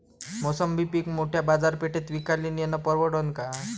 मोसंबी पीक मोठ्या बाजारपेठेत विकाले नेनं परवडन का?